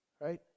Right